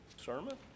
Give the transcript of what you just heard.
sermon